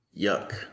yuck